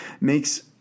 makes